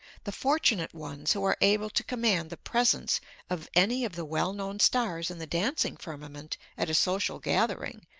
the fortunate ones who are able to command the presence of any of the well known stars in the dancing firmament at a social gathering,